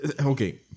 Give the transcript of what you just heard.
Okay